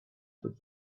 but